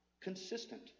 Consistent